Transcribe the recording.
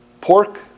pork